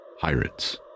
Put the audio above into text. pirates